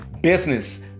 Business